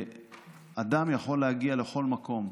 שאדם יכול להגיע לכל מקום.